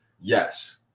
yes